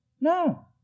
No